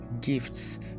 gifts